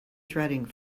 threading